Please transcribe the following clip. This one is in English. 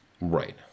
Right